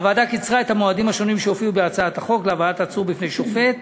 הוועדה קיצרה את המועדים שהופיעו בהצעת החוק להבאת העצור בפני שופט,